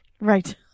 Right